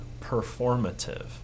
performative